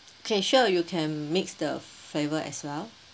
okay sure you can mix the flavour as well